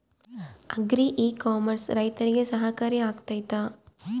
Agri e commerce ರೈತರಿಗೆ ಸಹಕಾರಿ ಆಗ್ತೈತಾ?